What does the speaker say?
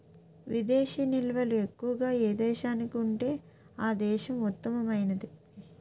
విదేశీ నిల్వలు ఎక్కువగా ఏ దేశానికి ఉంటే ఆ దేశం ఉత్తమమైనది